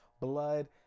blood